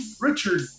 Richard